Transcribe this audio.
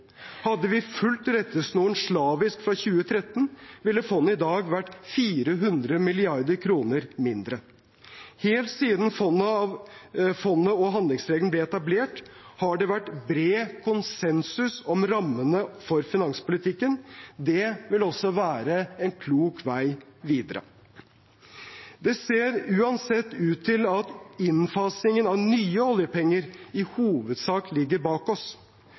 Hadde vi fulgt rettesnoren slavisk fra 2013, ville fondet i dag ha vært 400 mrd. kr mindre. Helt siden fondet og handlingsregelen ble etablert, har det vært bred konsensus om rammene for finanspolitikken. Det vil også være en klok vei videre. Det ser uansett ut til at innfasingen av nye oljepenger i hovedsak ligger bak oss.